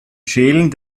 schälen